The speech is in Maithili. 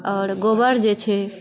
आओर गोबर जे छै